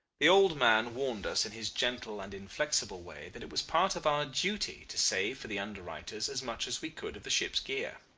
the old man warned us in his gentle and inflexible way that it was part of our duty to save for the under-writers as much as we could of the ship's gear.